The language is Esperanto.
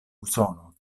usono